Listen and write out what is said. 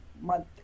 month